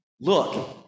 look